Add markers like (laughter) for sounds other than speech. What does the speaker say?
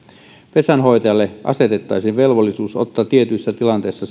pesänhoitajalle asetettaisiin velvollisuus ottaa tietyissä tilanteissa (unintelligible)